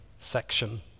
Section